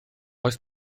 oes